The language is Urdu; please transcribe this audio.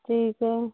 ٹھیک ہے